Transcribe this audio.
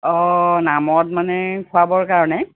অঁ নামত মানে খোৱাবৰ কাৰণে